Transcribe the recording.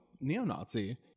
neo-nazi